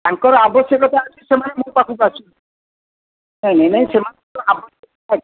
ତାଙ୍କର ଆବଶ୍ୟକତା ଅଛି ସେମାନେ ମୋ ପାଖକୁ ଆସୁଛନ୍ତି ନାଇଁ ନାଇଁ ନାଇଁ ସେମାନଙ୍କର ଆବଶ୍ୟକତା ଅଛି